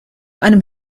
einem